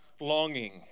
longing